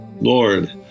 Lord